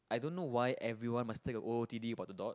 I don't know why everyone must take a O_O_T_D about the dot